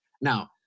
Now